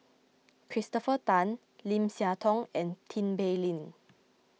Christopher Tan Lim Siah Tong and Tin Pei Ling